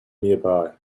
nearby